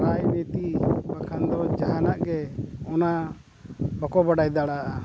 ᱨᱟᱡᱽᱱᱤᱛᱤ ᱵᱟᱠᱷᱟᱱ ᱫᱚ ᱡᱟᱦᱟᱱᱟᱜ ᱜᱮ ᱚᱱᱟ ᱵᱟᱠᱚ ᱵᱟᱰᱟᱭ ᱫᱟᱲᱮᱭᱟᱜᱼᱟ